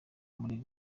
muri